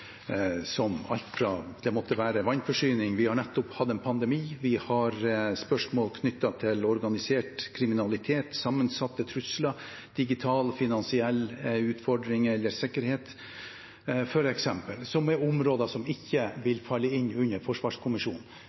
vannforsyning, vi har nettopp hatt en pandemi, vi har spørsmål knyttet til organisert kriminalitet, sammensatte trusler, digitale og finansielle utfordringer eller sikkerhet, som er områder som ikke vil falle inn under forsvarskommisjonen.